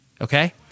okay